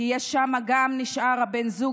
כי שם גם נשאר הבן זוג,